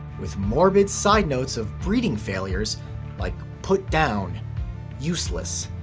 with morbid side notes of breeding failures like, put down useless.